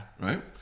Right